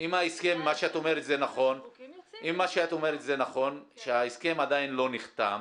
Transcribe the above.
אם מה שאת אומרת זה נכון, שההסכם עדיין לא נחתם,